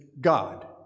God